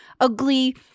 ugly